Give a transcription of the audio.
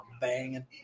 banging